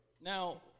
Now